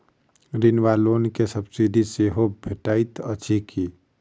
ऋण वा लोन केँ सब्सिडी सेहो भेटइत अछि की?